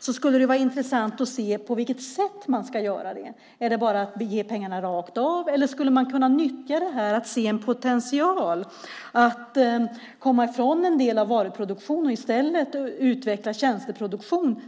skulle det vara intressant att se på vilket sätt man ska göra det. Är det bara att ge pengarna rakt av? Eller skulle man kunna nyttja det här för att se en potential att komma ifrån en del varuproduktion och i stället utveckla tjänsteproduktion?